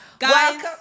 Welcome